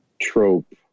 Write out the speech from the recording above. trope